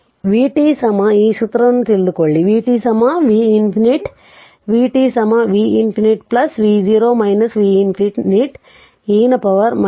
ಈಗ vt ಈ ಸೂತ್ರವನ್ನು ತಿಳಿದುಕೊಳ್ಳಿ vt v ∞ vt v ∞ v0 v ∞ e ನ ಪವರ್ tτ